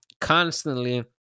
constantly